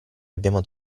abbiamo